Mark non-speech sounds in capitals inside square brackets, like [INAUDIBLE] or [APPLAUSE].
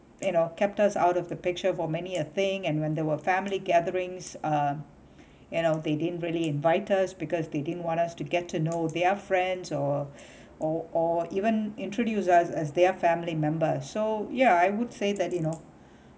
you know kept us out of the picture for many uh thing and when there were family gatherings uh [BREATH] you know they didn't really invite us because they didn't want us to get to know their friends or [BREATH] or or even introduce us as their family members so ya I would say that you know